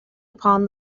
upon